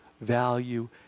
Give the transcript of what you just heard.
value